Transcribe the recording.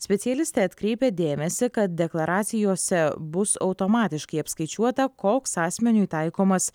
specialistė atkreipia dėmesį kad deklaracijose bus automatiškai apskaičiuota koks asmeniui taikomas